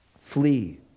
Flee